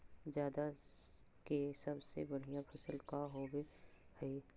जादा के सबसे बढ़िया फसल का होवे हई?